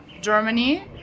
Germany